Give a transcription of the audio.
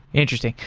interesting.